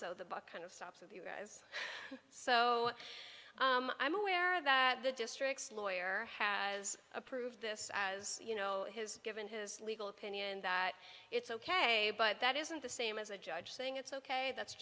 buck kind of stops with you guys so i'm aware of that the district's lawyer has approved this as you know has given his legal opinion that it's ok but that isn't the same as a judge saying it's ok that's